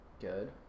good